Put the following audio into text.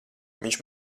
viņš